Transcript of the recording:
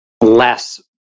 less